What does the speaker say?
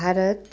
Bharat